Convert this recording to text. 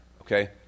okay